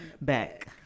Back